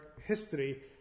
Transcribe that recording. history